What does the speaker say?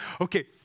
Okay